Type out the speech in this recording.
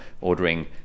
Ordering